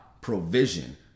provision